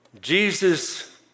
Jesus